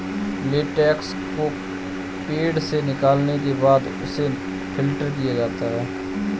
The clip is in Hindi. लेटेक्स को पेड़ से निकालने के बाद उसे फ़िल्टर किया जाता है